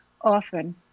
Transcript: often